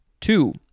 Two